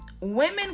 Women